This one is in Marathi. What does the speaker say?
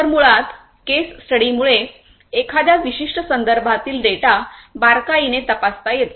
तर मुळात केस स्टडीमुळे एखाद्या विशिष्ट संदर्भातील डेटा बारकाईने तपासता येतो